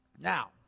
Now